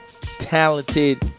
talented